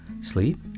sleep